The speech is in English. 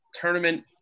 Tournament